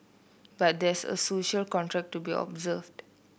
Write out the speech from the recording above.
but there's a social contract to be observed